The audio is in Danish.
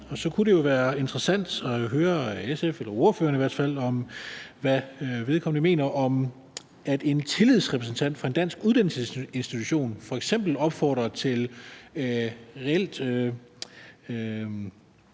Så kunne det jo være interessant at høre SF's eller i hvert fald ordførerens mening om, at en tillidsrepræsentant for en dansk uddannelsesinstitution f.eks. opfordrer til reelt